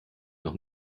noch